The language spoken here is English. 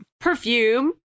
Perfume